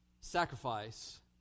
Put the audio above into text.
sacrifice